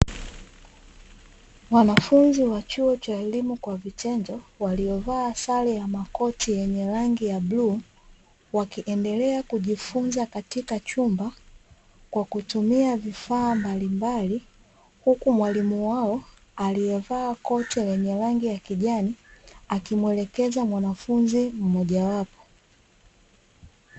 Wanafunzi wa chuo cha elimu kwa vitendo waliovaa sare ya makoti yenye rangi ya bluu wakiendelea kujifunza katika chumba kwa kutumia vifaa mbalimbali, huku mwalimu wao aliyevaa koti lenye rangi ya kijani akimwelekeza mwanafunzi mmoja wapo.